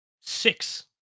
six